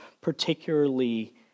particularly